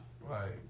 Right